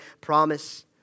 promise